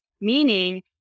meaning